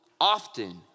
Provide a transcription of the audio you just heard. often